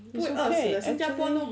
it's okay actually